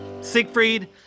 siegfried